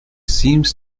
seems